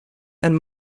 and